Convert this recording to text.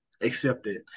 Accepted